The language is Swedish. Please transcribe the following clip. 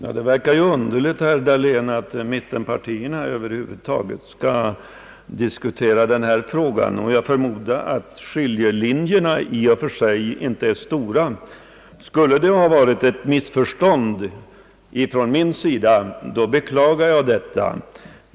Herr talman! Det verkar underligt, herr Dahlén, att mittenpartierna över huvud taget skall diskutera denna fråga. Jag förmodar att skiljelinjerna i och för sig inte är stora. Skulle det ha varit ett missförstånd från min sida, beklagar jag detta.